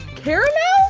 caramel?